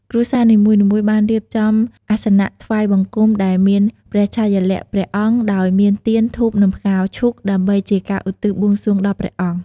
គ្រួសារនីមួយៗបានរៀបចំអាសនៈថ្វាយបង្គំដែលមានព្រះឆាយាល័ក្ខណ៍ព្រះអង្គ ដោយមានទៀន ធូប និងផ្កាឈូក ដើម្បីជាការឧទ្ទិសបួងសួងដល់ព្រះអង្គ។